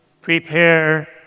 Prepare